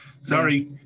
sorry